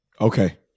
okay